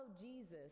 Jesus